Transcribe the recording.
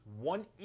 one